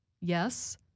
Yes